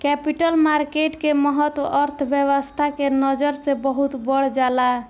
capital market के महत्त्व अर्थव्यस्था के नजर से बहुत बढ़ जाला